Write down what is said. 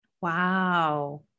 Wow